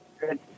good